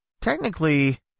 technically